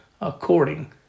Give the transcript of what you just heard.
according